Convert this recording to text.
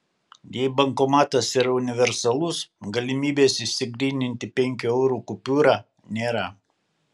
jei bankomatas yra universalus galimybės išsigryninti penkių eurų kupiūrą nėra